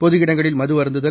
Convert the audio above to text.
பொது இடங்களில் மது அருந்துதல்